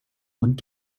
und